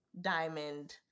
diamond